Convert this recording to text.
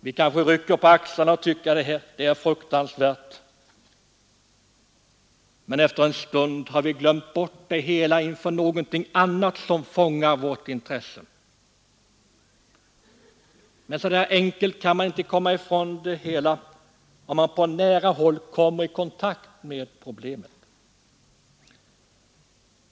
Vi kanske rycker på axlarna och tycker att det är fruktansvärt, men efter en stund har vi glömt bort det hela inför någonting annat som fångar vårt intresse. Men så enkelt kan man inte komma ifrån det hela, om man på nära håll kommer i kontakt med problemet.